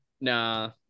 Nah